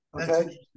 Okay